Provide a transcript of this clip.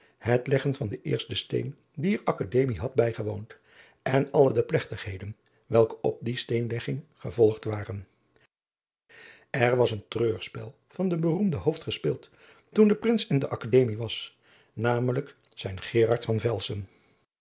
het leggen van den eersten steen dier kademie had bijgewoond en alle de plegtigheden welke op die steenlegging gevolgd waren r was een reurspel van den beroemden gespeeld toen de rins in de kademie was namelijk zijn erard van elsen